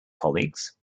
colleagues